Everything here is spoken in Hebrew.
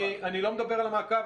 אני לא מדבר על מעקב,